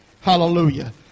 Hallelujah